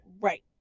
Right